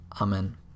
Amen